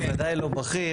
בוודאי לא בכיר.